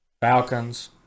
Falcons